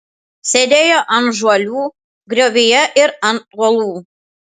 sėdėjo ant žuolių griovyje ir ant uolų